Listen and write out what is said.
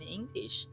English